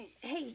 Hey